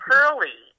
Pearly